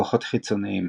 כוחות חיצוניים